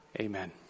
Amen